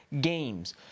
games